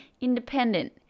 independent